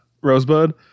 Rosebud